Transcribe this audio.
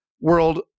world